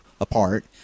apart